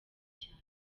cyane